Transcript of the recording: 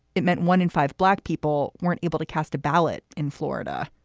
it meant one in five black people weren't able to cast a ballot in florida.